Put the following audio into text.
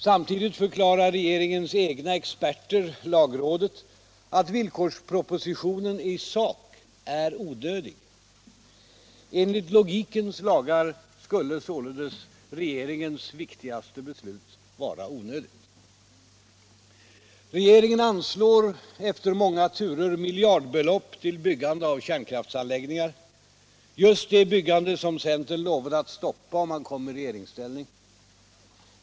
Samtidigt förklarar regeringens egna experter, lagrådet, att villkorspropositionen i sak är onödig. Enligt logikens lagar skulle således regeringens viktigaste beslut vara onödigt. Regeringen anslår efter många turer miljardbelopp till byggande av kärnkraftanläggningar — just det byggande som centern lovade att stoppa om man kom i regeringsställning.